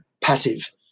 passive